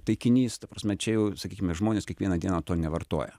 taikinys ta prasme čia jau sakykime žmonės kiekvieną dieną to nevartoja